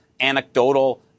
anecdotal